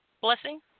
blessing